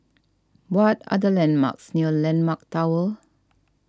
what are the landmarks near Landmark Tower